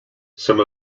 some